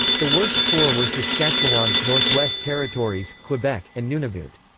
the worst four were saskatchewan, northwest territories, quebec, and nunavut.